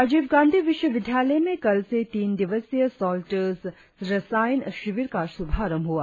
राजीव गांधी विश्वविद्यालय में कल से तीन दिवसीय सल्टर्स रसायन शिविर का शुभारंभ हुआ